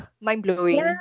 Mind-blowing